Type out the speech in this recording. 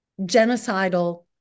genocidal